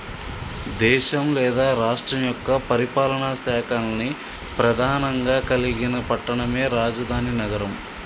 దేశం లేదా రాష్ట్రం యొక్క పరిపాలనా శాఖల్ని ప్రెధానంగా కలిగిన పట్టణమే రాజధాని నగరం